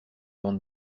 gants